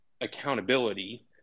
accountability